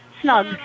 snug